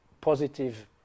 positive